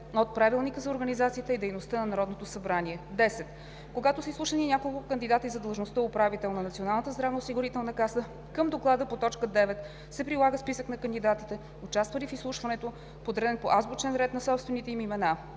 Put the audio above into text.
от Правилника за организацията и дейността на Народното събрание. 10. Когато са изслушани няколко кандидати за длъжността „управител на Националната здравноосигурителна каса“, към Доклада по т. 9 се прилага списък на кандидатите, участвали в изслушването, подреден по азбучен ред на собствените им имена.